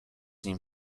nim